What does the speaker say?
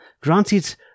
granted